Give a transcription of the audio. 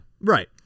right